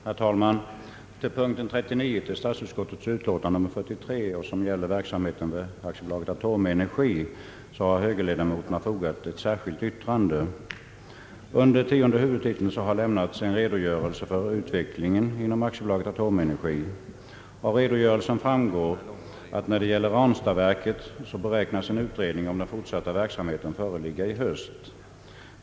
Herr talman! Till punkten 39 i statsutskottets utlåtande nr 43 — den gäller verksamheten vid AB Atomenergi — har högerledamöterna fogat ett särskilt yttrande. I tionde huvudtiteln har en redogörelse lämnats för utvecklingen inom AB Atomenergi. Av den framgår att när det gäller Ranstadsverket beräknas en utredning om den fortsatta verksamheten föreligga i höst.